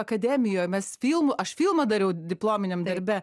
akademijoj mes filmu aš filmą dariau diplominiam darbe